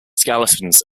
skeletons